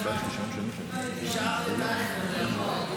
תשאל את אייכלר.